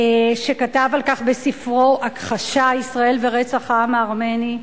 שכתב על כך בספרו: "הכחשה: ישראל ורצח העם הארמני".